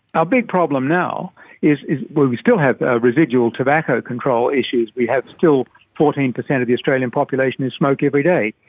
ah big problem now where we still have residual tobacco control issues, we have still fourteen percent of the australian population who smoke every day,